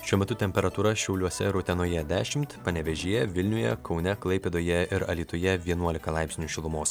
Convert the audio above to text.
šiuo metu temperatūra šiauliuose ir utenoje dešimt panevėžyje vilniuje kaune klaipėdoje ir alytuje vienuolika laipsnių šilumos